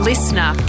Listener